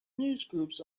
newsgroups